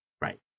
Right